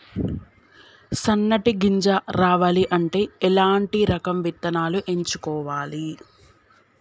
సన్నటి గింజ రావాలి అంటే ఎలాంటి రకం విత్తనాలు ఎంచుకోవాలి?